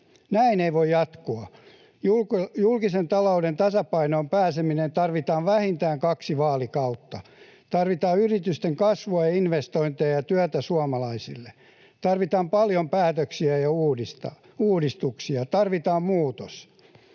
Näin ei voi jatkua. Julkisen talouden tasapainoon pääsemiseen tarvitaan vähintään kaksi vaalikautta. Tarvitaan yritysten kasvua ja investointeja ja työtä suomalaisille. Tarvitaan paljon päätöksiä ja uudistuksia. Tarvitaan muutos.